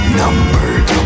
numbered